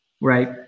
Right